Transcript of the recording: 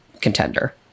contender